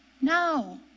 No